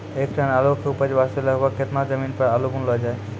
एक टन आलू के उपज वास्ते लगभग केतना जमीन पर आलू बुनलो जाय?